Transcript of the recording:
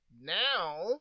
Now